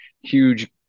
huge